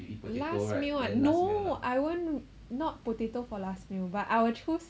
last meal ah no I want not potato for last meal but I will choose